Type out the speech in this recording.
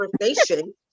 conversation